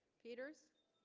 peters